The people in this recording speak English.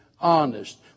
honest